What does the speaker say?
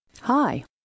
Hi